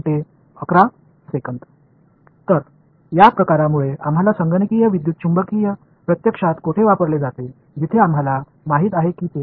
எனவே அந்த வகையான கம்புடஷனல் எலெக்ட்ரோமேக்னெட்டிக்ஸ் உண்மையில் எங்கு பயன்படுத்தப்படுகிறது என்பது உங்களுக்குத் தெரியும்